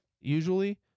usually